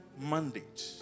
mandate